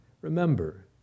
Remember